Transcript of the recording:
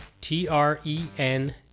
T-R-E-N